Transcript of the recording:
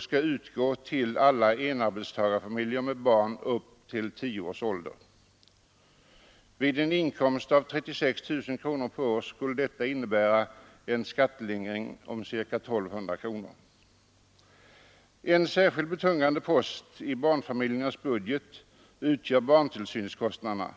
skall utgå till alla enarbetstagarfamiljer med barn upp till tio års ålder. Vid en inkomst av 36 000 kronor per år skulle detta innebära en skattelindring på ca 1 200 kronor per år. En särskilt betungande post i barnfamiljernas budget utgör barntillsynskostnaderna.